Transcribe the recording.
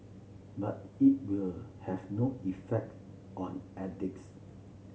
but it will have no effect on addicts